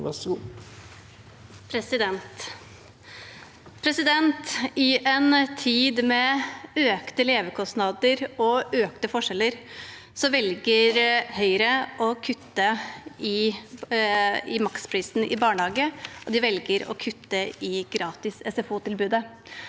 I en tid med økte leve- kostnader og økte forskjeller velger Høyre å kutte i maksprisen for barnehage, og de velger å kutte i gratis SFO-tilbud.